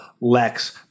lex